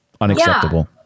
Unacceptable